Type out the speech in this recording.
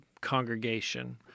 congregation